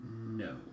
No